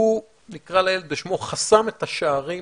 הוא, נקרא לילד בשמו, חסם את השערים